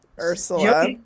Ursula